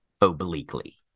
obliquely